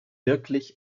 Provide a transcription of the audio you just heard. wirklich